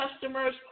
customers